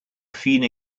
fine